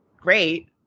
great